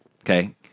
okay